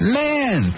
man